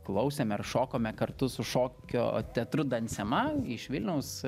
klausėme ir šokome kartu su šokio teatru dansema iš vilniaus